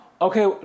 Okay